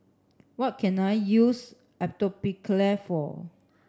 what can I use Atopiclair for